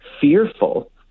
fearful